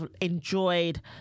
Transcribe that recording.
enjoyed